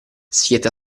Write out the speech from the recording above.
siete